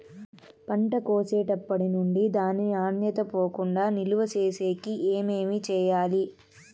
పంట కోసేటప్పటినుండి దాని నాణ్యత పోకుండా నిలువ సేసేకి ఏమేమి చేయాలి?